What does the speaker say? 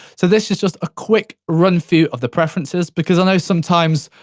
so this is just a quick run-through of the preferences, because i know, sometimes,